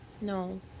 No